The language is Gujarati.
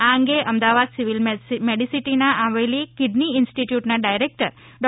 આ અંગે અમદાવાદ સિવિલ મેડિસીટીમાં આવેલી કિડની ઇન્સ્ટીટ્યુટના ડાયરેક્ટર ડૉ